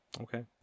Okay